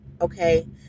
okay